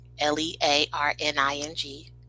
l-e-a-r-n-i-n-g